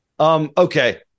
Okay